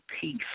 peace